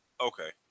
Okay